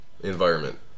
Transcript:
environment